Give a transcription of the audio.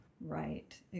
right